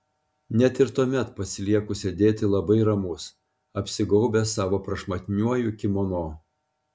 net ir tuomet pasilieku sėdėti labai ramus apsigaubęs savo prašmatniuoju kimono